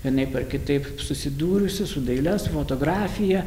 vienaip ar kitaip susidūrusių su daile su fotografija